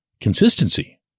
consistency